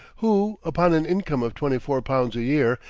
who, upon an income of twenty-four pounds a year,